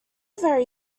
very